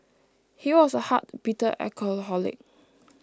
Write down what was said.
he was a hard bitter alcoholic